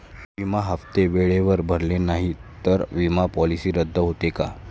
विमा हप्ते वेळेवर भरले नाहीत, तर विमा पॉलिसी रद्द होते का?